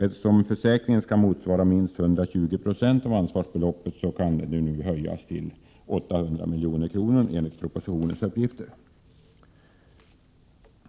Eftersom försäkringen skall motsvara minst 120 96 av ansvarsbeloppet, kan detta nu höjas till 800 milj.kr., enligt propositionens uppgifter.